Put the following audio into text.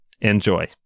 Enjoy